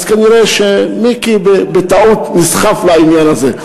אז כנראה שמיקי בטעות נסחף לעניין הזה.